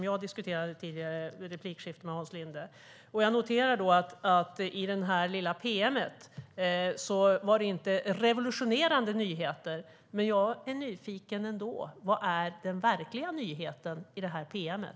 Jag noterar att det i det lilla pm:et inte var revolutionerande nyheter, men jag är ändå nyfiken. Vad är den verkliga nyheten i pm:et?